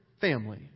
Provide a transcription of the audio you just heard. family